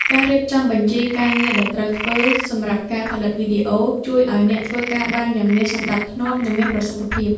ការរៀបចំបញ្ជីការងារដែលត្រូវធ្វើ សម្រាប់ការផលិតវីដេអូ ជួយឱ្យអ្នកធ្វើការបានយ៉ាងមានសណ្ដាប់ធ្នាប់ និងមានប្រសិទ្ធភាព។